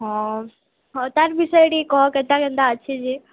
ହଁ ତା'ର୍ ବିଷୟରେ ଟିକେ କହ କେନ୍ତା କେନ୍ତା ଅଛେ ଯେ